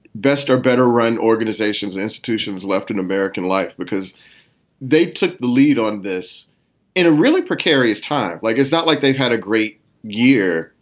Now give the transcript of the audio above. best or better run organizations, institutions left in american life because they took the lead on this in a really precarious time. like it's not like they've had a great year,